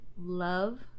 love